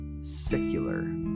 secular